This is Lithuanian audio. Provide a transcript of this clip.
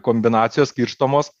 kombinacijos skirstomos